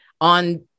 on